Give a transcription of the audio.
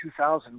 2000